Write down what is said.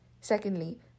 Secondly